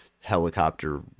helicopter